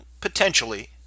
potentially